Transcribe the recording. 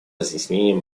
разъяснением